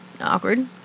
awkward